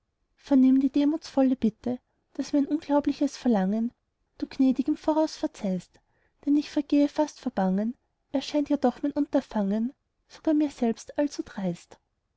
vernimm die demutsvolle bitte daß mein unglaubliches verlangen du gnädig im voraus verzeihst denn ich vergehe fast vor bangen erscheint ja doch mein unterfangen sogar mir selber allzu dreist